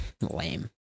Lame